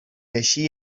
així